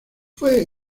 fue